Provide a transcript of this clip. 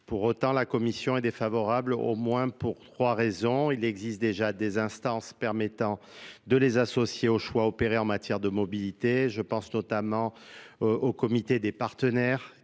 pour autant la Commission est défavorable, au moins pour trois raisons il existe déjà des instances permettant de les associer aux choix opérés en matières de mobilité. je pense notamment aux comités des partenaires,